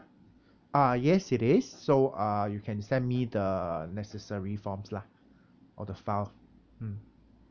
ah yes it is so uh you can send me the necessary forms lah all the file mm